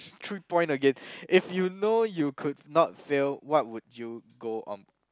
three point again if you know you could not fail what would you go on